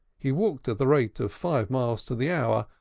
he walked at the rate of five miles to the hour,